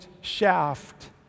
shaft